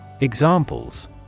Examples